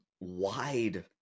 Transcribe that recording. wide